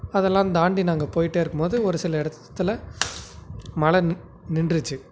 அதெல்லாம் தாண்டி நாங்கள் போயிட்டே இருக்கும்போது ஒரு சில இடத்துல மழை நி நின்றுச்சு